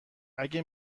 اگه